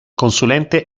consulente